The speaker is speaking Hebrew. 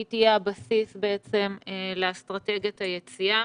שהיא תהיה הבסיס לאסטרטגיית היציאה.